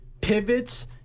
pivots